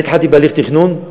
אני התחלתי בהליך תכנון,